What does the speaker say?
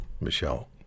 Michelle